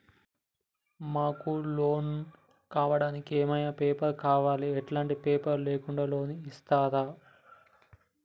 మాకు లోన్ కావడానికి ఏమేం పేపర్లు కావాలి ఎలాంటి పేపర్లు లేకుండా లోన్ ఇస్తరా?